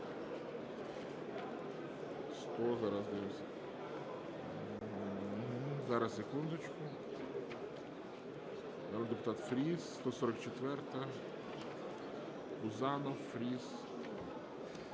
Зараз, секундочку. Народний депутат Фріс, 144-а. Пузанов, Фріс,